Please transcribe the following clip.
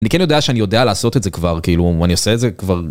אני כן יודע שאני יודע לעשות את זה כבר, כאילו, ואני עושה את זה כבר...